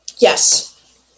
Yes